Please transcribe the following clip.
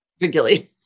regularly